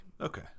okay